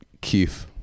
Keith